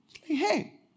Hey